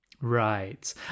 Right